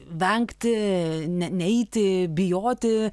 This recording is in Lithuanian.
vengti ne neeiti bijoti